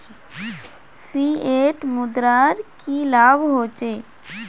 Fiat मुद्रार की लाभ होचे?